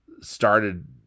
started